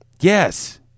Yes